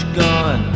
gun